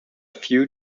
few